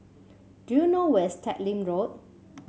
do you know where is Teck Lim Road